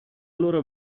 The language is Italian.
loro